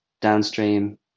downstream